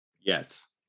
Yes